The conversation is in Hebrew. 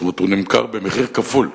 כלומר נמכר במחיר כפול.